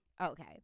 Okay